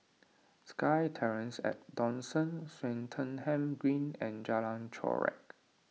SkyTerrace at Dawson Swettenham Green and Jalan Chorak